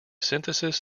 synthesis